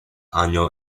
año